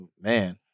man